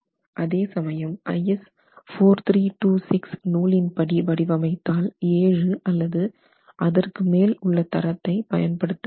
அதே சமயம் IS 4326 நூலின்படி வடிவமைத்தால் 7 அல்லது அதற்கு மேல் உள்ள தரத்தை பயன் படுத்த வேண்டும்